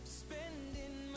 spending